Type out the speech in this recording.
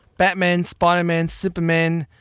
batman, spiderman, superman,